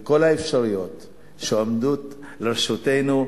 ואת כל האפשרויות שעומדים לרשותנו,